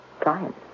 clients